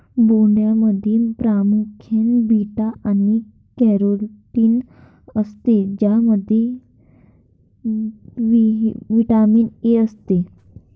भोपळ्यामध्ये प्रामुख्याने बीटा आणि कॅरोटीन असते ज्यामध्ये व्हिटॅमिन ए असते